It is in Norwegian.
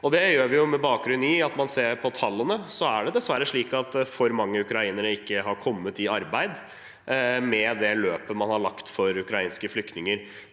Det gjør vi med bakgrunn i tallene. Når vi ser på dem, er det dessverre slik at for mange ukrainere ikke har kommet i arbeid med det løpet man har lagt for ukrainske flyktninger.